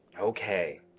Okay